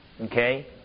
okay